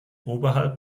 oberhalb